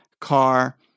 car